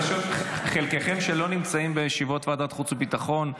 חלקכם לא נמצאים בישיבות ועדת חוץ וביטחון,